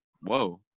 Whoa